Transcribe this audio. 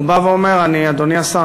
הוא בא ואומר: אדוני השר,